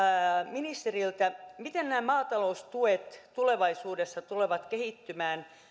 ministeriltä miten nämä maataloustuet tulevaisuudessa tulevat kehittymään